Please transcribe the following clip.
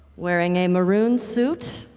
wearing a maroon suit,